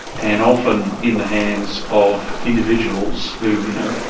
and often in the hands of individuals who, you know,